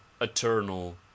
eternal